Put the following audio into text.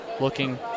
looking